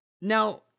Now